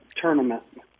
tournament